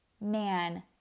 man